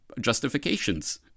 justifications